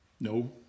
No